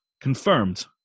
confirmed